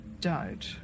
died